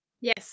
Yes